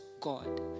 God